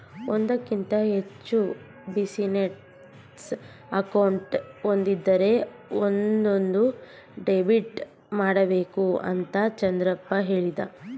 ಒಂದಕ್ಕಿಂತ ಹೆಚ್ಚು business account ಒಂದಿದ್ದರೆ ಒಂದೊಂದು ಡೆಬಿಟ್ ಮಾಡಬೇಕು ಅಂತ ಚಂದ್ರಪ್ಪ ಹೇಳಿದ